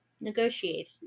Negotiate